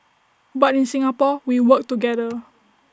but in Singapore we work together